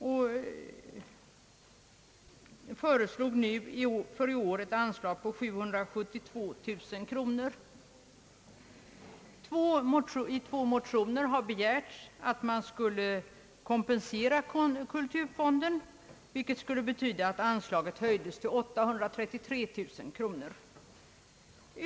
Man föreslår i år ett anslag på 772 000 kronor för ändamålet. I två motioner har begärts att kulturfonden skall kompenseras för den värdeminskning som uppstått genom devalveringen och att 833 000 kronor skall anvisas till fonden.